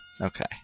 Okay